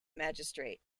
magistrate